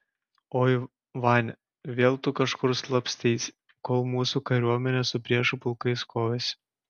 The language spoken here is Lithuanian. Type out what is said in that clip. oi vania vėl tu kažkur slapsteisi kol mūsų kariuomenė su priešų pulkais kovėsi